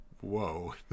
whoa